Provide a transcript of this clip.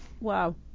Wow